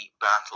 battle